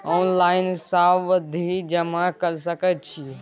Online सावधि जमा कर सके छिये?